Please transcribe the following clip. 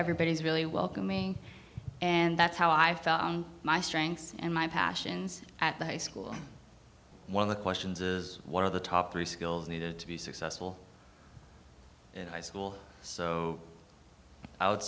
everybody's really welcoming and that's how i found my strengths and my passions at the high school one of the questions is what are the top three skills needed to be successful in high school so i would